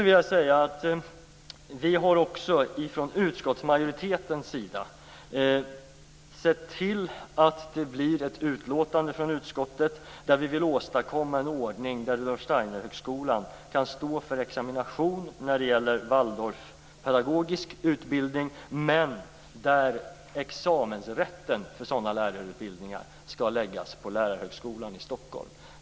Vidare har vi från utskottsmajoritetens sida sett till att det blir ett utlåtande från utskottet om att vi vill åstadkomma en ordning där Rudolf Steiner-högskolan kan stå för examination när det gäller Waldorfpedagogisk utbildning men där examensrätten för sådana lärarutbildningar skall läggas på lärarhögskolan i Stockholm.